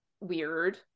weird